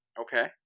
Okay